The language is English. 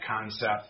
concept